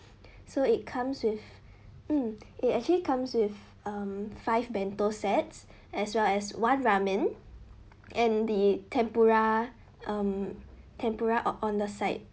so it comes with mm it actually comes with um five bento sets as well as one ramen and the tempura um tempura o~ on the side